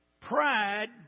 Pride